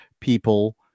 people